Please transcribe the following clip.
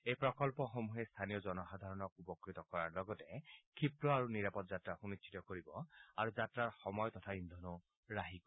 এই প্ৰকন্মসমূহে স্থানীয় জনসাধাৰণক উপকৃত কৰাৰ লগতে ক্ষীপ্ৰ আৰু নিৰাপদ যাত্ৰা সুনিশ্চিত কৰিব আৰু যাত্ৰাৰ সময় তথা ইন্ধনো ৰাহী কৰিব